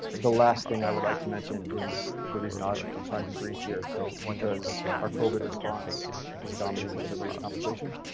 the last thing i would like to mention is the reason why um i'm trying to be brief here because our covid response is dominating everybody's conversation.